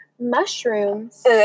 mushrooms